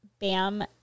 bam